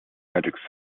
magic